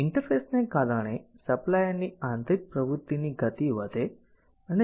interface ને કારણે supplier ની આંતરિક પ્રવૃતિ ની ગતિ વધે અને જોઈતું પરિણામ મેળવી શકે છે